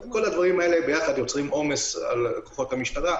כל הדברים האלה יחד יוצרים עומס על כוחות המשטרה.